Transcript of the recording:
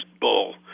bull